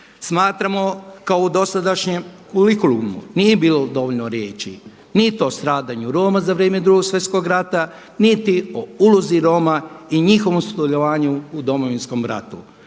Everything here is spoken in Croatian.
Smatramo kako u dosadašnjem kurikulumu nije bilo dovoljno riječi niti o stradanju Roma za vrijeme Drugog svjetskog rata niti o ulozi Roma i njihovom sudjelovanju u Domovinskom ratu.